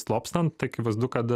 slopstant akivaizdu kad